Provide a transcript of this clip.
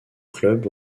club